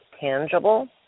tangible